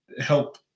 help